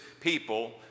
people